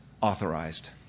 authorized